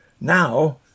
Now